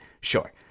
sure